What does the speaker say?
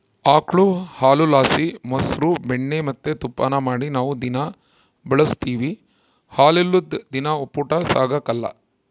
ಆಕುಳು ಹಾಲುಲಾಸಿ ಮೊಸ್ರು ಬೆಣ್ಣೆ ಮತ್ತೆ ತುಪ್ಪಾನ ಮಾಡಿ ನಾವು ದಿನಾ ಬಳುಸ್ತೀವಿ ಹಾಲಿಲ್ಲುದ್ ದಿನ ಒಪ್ಪುಟ ಸಾಗಕಲ್ಲ